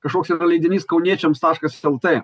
kažkoks yra leidinys kauniečiams taškas lt